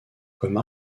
comme